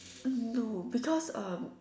hmm no because um